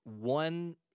one